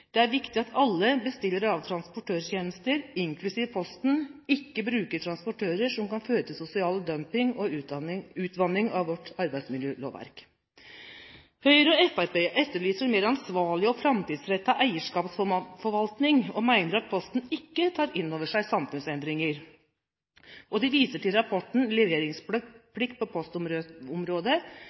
Det er viktig at alle bestillere av transportørtjenester, inklusive Posten, ikke bruker transportører som kan føre til sosial dumping og utvanning av vårt arbeidsmiljølovverk. Høyre og Fremskrittspartiet etterlyser en mer ansvarlig og framtidsrettet eierskapsforvaltning og mener at Posten ikke tar inn over seg samfunnsendringer. De viser til rapporten «Leveringsplikt på